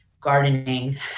gardening